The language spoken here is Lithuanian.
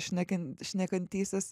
šnekin šnekantysis